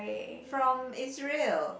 from Israel